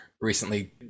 recently